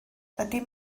ydy